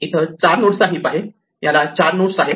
इथे चार नोडचा हिप आहे याला चार नोड्स आहेत